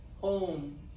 home